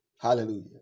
Hallelujah